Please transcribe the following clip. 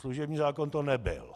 Služební zákon to nebyl.